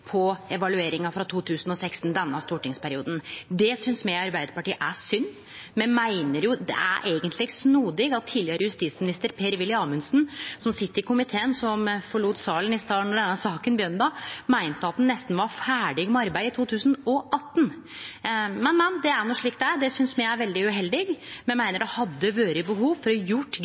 på evalueringa frå 2016 i denne stortingsperioden. Det synest me i Arbeidarpartiet er synd. Det er eigentleg snodig at tidlegare justisminister Per-Willy Amundsen, som sit i komiteen, og som forlét salen i stad, då denne saka begynte, meinte at ein nesten var ferdig med arbeidet i 2018. Men det er no slik det er. Det synest me er veldig uheldig. Me meiner det er behov for å